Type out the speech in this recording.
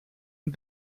and